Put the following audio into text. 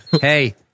hey